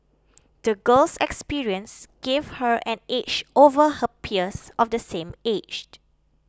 the girl's experiences gave her an edge over her peers of the same aged